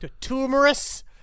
tumorous